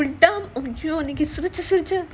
அன்னைக்கு சிரிச்சி சிரிச்சி:annaiku sirichi sirichi